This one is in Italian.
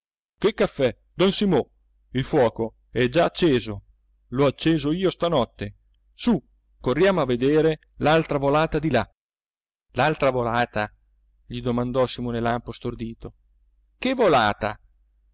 che caffè don simo il fuoco è già acceso l'ho acceso io stanotte su corriamo a vedere l'altra volata di là l'altra volata gli domandò simone lampo stordito che volata